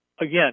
again